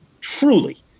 truly